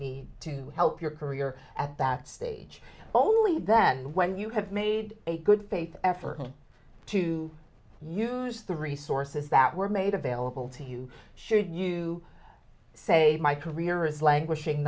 need to help your career at that stage only then when you have made a good faith effort to use the resources that were made available to you should you say my career is languishing